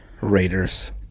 Raiders